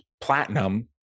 platinum